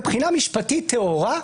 מבחינה משפטית טהורה,